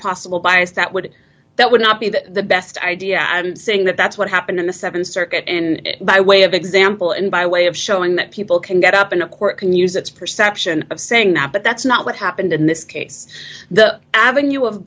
possible bias that would that would not be the best idea and saying that that's what happened in the th circuit and by way of example and by way of showing that people can get up in a court can use its perception of saying that but that's not what happened in this case the avenue of